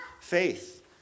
faith